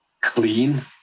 clean